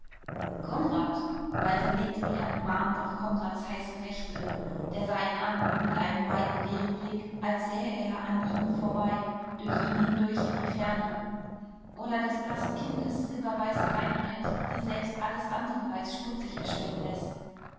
konrad walter legte die hand mahnend auf konrads heiße rechte der sah ihn an mit einem weiten leeren blick als sähe er an ihm vorbei durch ihn hindurch in die ferne oder des blassen kindes silberweiße reinheit die selbst alles andere weiß schmutzig erscheinen läßt